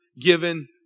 given